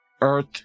earth